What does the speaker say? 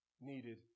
needed